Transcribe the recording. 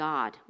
God